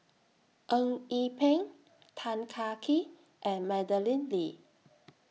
Eng Yee Peng Tan Kah Kee and Madeleine Lee